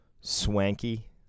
swanky